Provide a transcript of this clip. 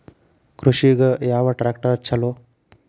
ಕೃಷಿಗ ಯಾವ ಟ್ರ್ಯಾಕ್ಟರ್ ಛಲೋ?